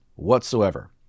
Whatsoever